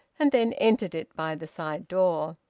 and then entered it by the side door.